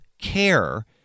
care